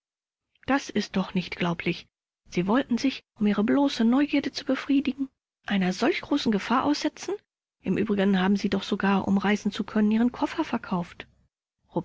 das ist doch nicht glaublich sie wollten sich um ihre bloße neugierde zu befriedigen einer solch großen gefahr aussetzen im übrigen haben sie doch sogar um reisen zu können ihren koffer verkauft